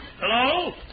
Hello